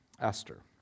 Esther